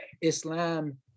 Islam